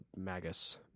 Magus